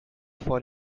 for